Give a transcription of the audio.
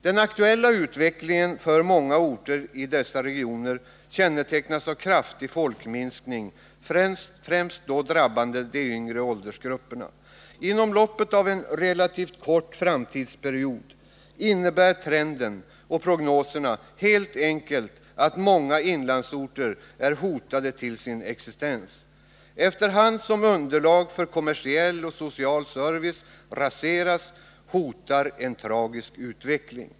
Den aktuella utvecklingen på många orter i dessa regioner kännetecknas av en kraftig folkminskning. Främst drabbas då de yngre åldersgrupperna. Inom loppet av en relativt kort period innebär trenden och prognoserna helt enkelt att många inlandsorter hotas till sin existens. Efter hand som underlaget för kommersiell och social service raseras hotar en tragisk utveckling.